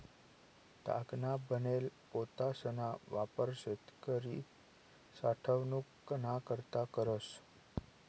तागना बनेल पोतासना वापर शेतकरी साठवनूक ना करता करस